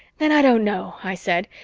then i don't know, i said.